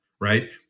right